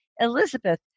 Elizabeth